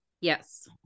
yes